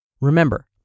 Remember